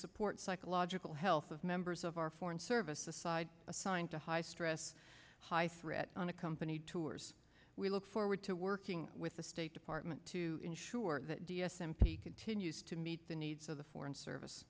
support psychological health of members of our foreign service aside assigned to high stress high threat unaccompanied tours we look forward to working with the state department to ensure that d s m p continues to meet the needs of the foreign service